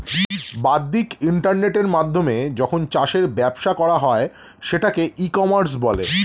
বাদ্দিক ইন্টারনেটের মাধ্যমে যখন চাষের ব্যবসা করা হয় সেটাকে ই কমার্স বলে